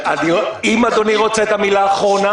אם אדוני רוצה את המילה האחרונה,